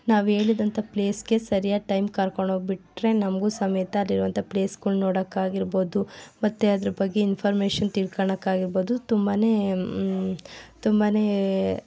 ನಾವು ಹೇಳಿದಂಥ ಪ್ಲೇಸ್ಗೆ ಸರಿಯಾದ ಟೈಮ್ ಕರ್ಕೊಂಡೋಗ್ಬಿಟ್ರೆ ನಮಗೂ ಸಮೇತ ಅಲ್ಲಿರುವಂಥ ಪ್ಲೇಸ್ಗಳು ನೋಡೋಕ್ಕಾಗಿರ್ಬೋದು ಮತ್ತೆ ಅದ್ರ ಬಗ್ಗೆ ಇನ್ಫಾರ್ಮೇಶನ್ ತಿಳ್ಕೋಳೋಕೆ ಆಗಿರ್ಬೋದು ತುಂಬನೇ ತುಂಬನೇ